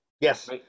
Yes